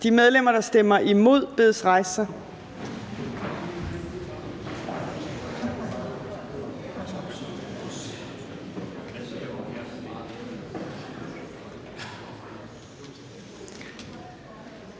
De medlemmer, der stemmer imod, bedes rejse